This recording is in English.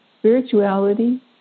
spirituality